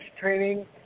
training